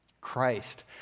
Christ